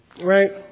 Right